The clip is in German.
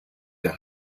der